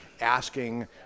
asking